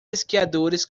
esquiadores